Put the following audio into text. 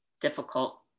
difficult